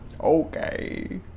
Okay